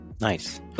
Nice